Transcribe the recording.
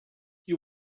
you